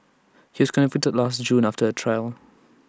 he was convicted last June after A trial